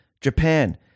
Japan